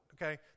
Okay